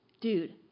Dude